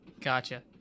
Gotcha